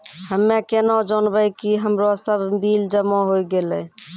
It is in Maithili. हम्मे केना जानबै कि हमरो सब बिल जमा होय गैलै?